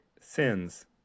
sins